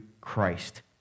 Christ